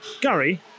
Gary